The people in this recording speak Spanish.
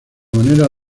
manera